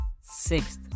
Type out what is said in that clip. sixth